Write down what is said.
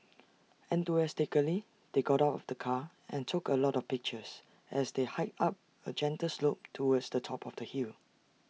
enthusiastically they got out of the car and took A lot of pictures as they hiked up A gentle slope towards the top of the hill